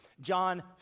John